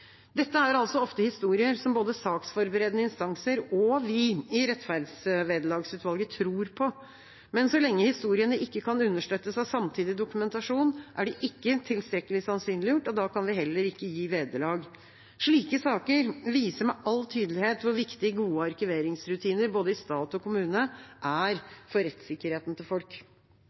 Dette er altså ofte historier som både saksforberedende instanser og vi i rettferdsvederlagsutvalget tror på. Men så lenge historiene ikke kan understøttes av samtidig dokumentasjon, er de ikke tilstrekkelig sannsynliggjort, og da kan vi heller ikke gi vederlag. Slike saker viser med all tydelighet hvor viktig gode arkiveringsrutiner i både stat og kommune er for rettssikkerheten til folk.